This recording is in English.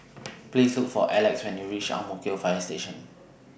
Please Look For Elex when YOU REACH Ang Mo Kio Fire Station